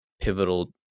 pivotal